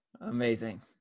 amazing